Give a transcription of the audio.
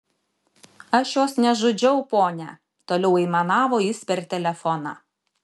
aš jos nežudžiau ponia toliau aimanavo jis per telefoną